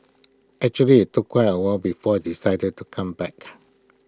actually IT took quite A while before I decided to come back